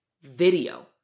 video